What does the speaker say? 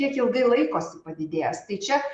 kiek ilgai laikosi padidėjęs tai čia